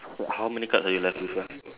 so how many cards are you left with ah